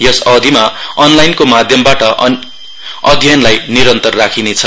यस अवधिमा अनलाईनको माध्यमबाट अध्ययनलाई निरन्तर राखिनेछ